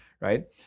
right